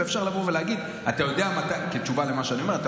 אפשר לבוא ולהגיד כתשובה על מה שאני אומר: אתה